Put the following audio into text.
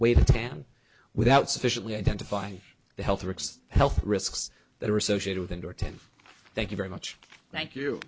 way to tan without sufficiently identifying the health risks health risks that are associated with under ten thank you very much thank you